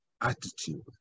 attitude